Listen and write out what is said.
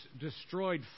destroyed